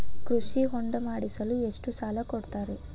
ಕೃಷಿ ಹೊಂಡ ಮಾಡಿಸಲು ಎಷ್ಟು ಸಾಲ ಕೊಡ್ತಾರೆ?